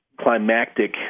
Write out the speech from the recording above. climactic